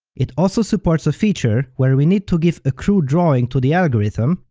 it also supports a feature where we need to give a crude drawing to the algorithm,